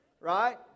right